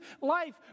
life